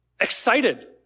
excited